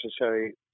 necessary